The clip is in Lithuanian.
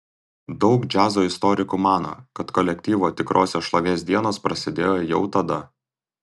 daug džiazo istorikų mano kad kolektyvo tikrosios šlovės dienos prasidėjo jau tada